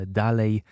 dalej